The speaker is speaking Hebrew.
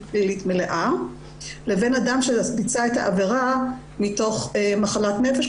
פלילית מלאה לבין אדם שביצע את העבירה מתוך מחלת נפש,